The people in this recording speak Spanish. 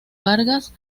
vargas